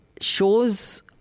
shows